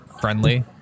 Friendly